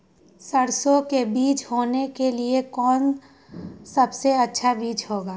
सरसो के बीज बोने के लिए कौन सबसे अच्छा बीज होगा?